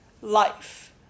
life